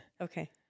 Okay